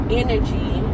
energy